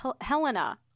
Helena